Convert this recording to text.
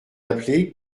appeler